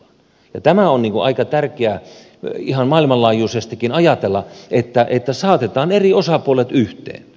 ja tämä on aika tärkeää ihan maailmanlaajuisestikin ajatella että saatetaan eri osapuolet yhteen